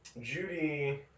Judy